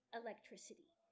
electricity